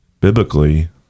biblically